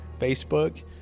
facebook